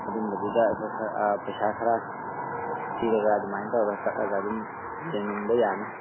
ꯑꯗꯨꯝꯕꯗꯨꯗ ꯑꯩꯈꯣꯏ ꯈꯔ ꯄꯩꯁꯥ ꯈꯔ ꯄꯤꯔꯒ ꯑꯗꯨꯃꯥꯏꯅ ꯇꯧꯔ ꯆꯠꯂꯒ ꯑꯗꯨꯝ ꯌꯦꯡꯅꯤꯡꯕ ꯌꯥꯅꯤ